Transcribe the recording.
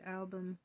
album